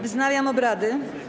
Wznawiam obrady.